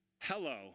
Hello